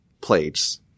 plagues